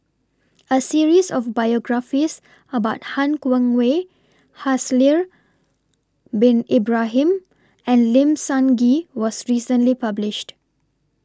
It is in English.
A series of biographies about Han Guangwei Haslir Bin Ibrahim and Lim Sun Gee was recently published